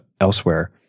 elsewhere